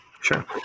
Sure